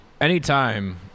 Anytime